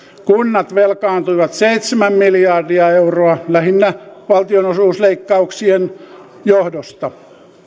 kunnat velkaantuivat seitsemän miljardia euroa lähinnä valtionosuusleikkauksien johdosta